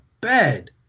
bed